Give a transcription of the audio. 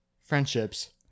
friendships